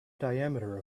diameter